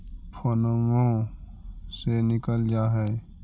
फोनवो से निकल जा है?